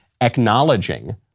acknowledging